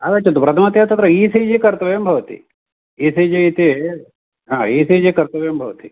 आगच्छन्तु प्रथमतया तत्र इ सि जि कर्तव्यं भवति इ सि जि इति हा इ सि जि कर्तव्यं भवति